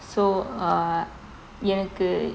so err எனக்கு:enakku